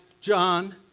John